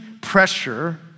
pressure